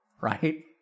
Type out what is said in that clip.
Right